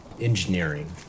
engineering